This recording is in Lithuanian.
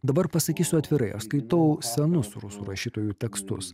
dabar pasakysiu atvirai aš skaitau senus rusų rašytojų tekstus